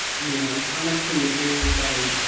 you know? how much can you do by.